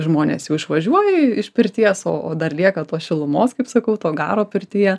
žmonės jau išvažiuoja iš pirties o o dar lieka tos šilumos kaip sakau garo pirtyje